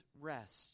rest